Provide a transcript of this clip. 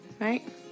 right